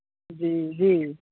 जी जी